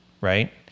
Right